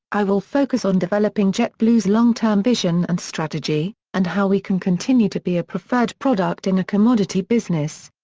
i will focus on developing jetblue's long-term vision and strategy, and how we can continue to be a preferred product in a commodity business.